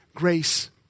grace